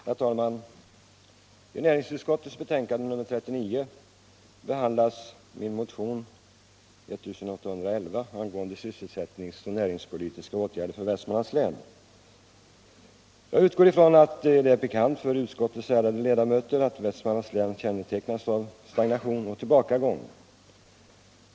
Jag utgår ifrån att det är bekant för kammarens ärade ledamöter att Västmanlands län kännetecknas av stagnation och tillbakagång.